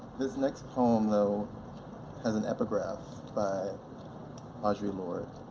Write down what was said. this next poem though has an epigraph by audrey lorde,